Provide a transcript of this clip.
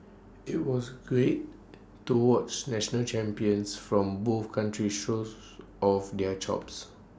IT was great to watch national champions from both countries shows off their chops